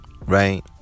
right